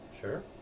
Sure